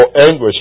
anguish